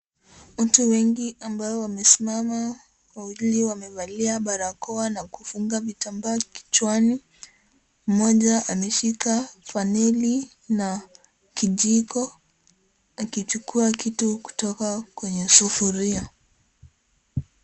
Watu wengi ambao wamesimama. Wawili wamevalia barakoa na kufunga vitambaa kichwani, mmoja ameshika faneli na kijiko akichukua kitu kutoka kwenye sufuria.